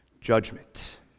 Judgment